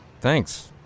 thanks